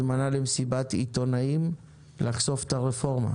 הזמנה למסיבת עיתונאים לחשוף את הרפורמה.